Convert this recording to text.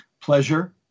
pleasure